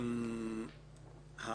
אני